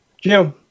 Jim